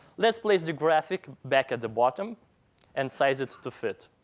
let's place the graphic back at the bottom and size it to fit.